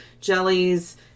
jellies